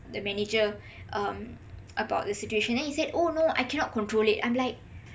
the manager um about the situation then he said oh no I cannot control it I'm like